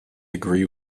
agree